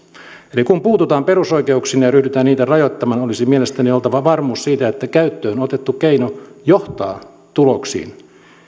eli kun puututaan perusoikeuksiin ja ryhdytään niitä rajoittamaan olisi mielestäni oltava varmuus siitä että käyttöön otettu keino johtaa tuloksiin